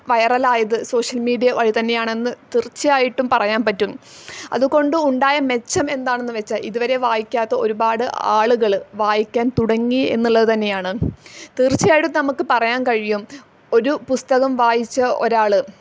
വൈറലായത് social media വഴി തന്നെയാണെന്ന് തീർച്ചയായിട്ടും പറയാൻ പറ്റും അത്കൊണ്ട് ഉണ്ടായ മെച്ചം എന്താണെന്ന് വച്ചാൽ ഇത് വരെ വായിക്കാത്ത ഒരുപാട് ആളുകൾ വായിക്കാൻ തുടങ്ങി എന്നുള്ളത് തന്നെയാണ് തീർച്ചയായിട്ടും നമ്മൾക്ക് പറയാൻ കഴിയും ഒരു പുസ്തകം വായിച്ച ഒരാൾ